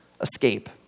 escape